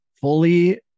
fully